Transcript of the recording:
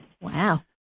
Wow